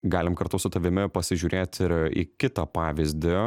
galim kartu su tavimi pasižiūrėti ir į kitą pavyzdį